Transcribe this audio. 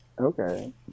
Okay